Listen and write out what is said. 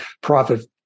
profit